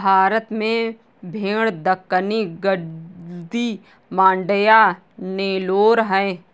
भारत में भेड़ दक्कनी, गद्दी, मांड्या, नेलोर है